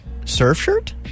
Surfshirt